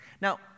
Now